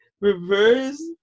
reverse